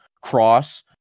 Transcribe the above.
Cross